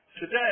today